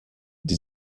die